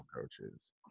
coaches